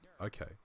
okay